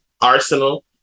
Arsenal